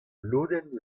lodenn